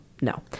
no